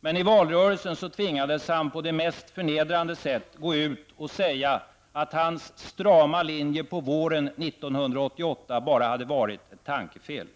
Men i valrörelsen tvingades Kjell-Olof Feldt att på det mest förnedrande sätt gå ut och säga att hans strama linje på våren 1988 bara hade varit ett tankefel.